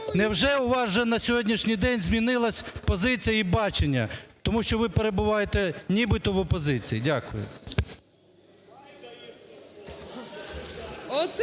невже у вас, вже на сьогоднішній день, змінилась позиція і бачення тому що ви перебуваєте, нібито в опозиції. Дякую.